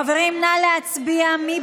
חברים, נא להצביע, מי